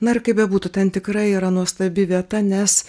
na ir kaip bebūtų ten tikrai yra nuostabi vieta nes